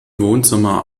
wohnzimmer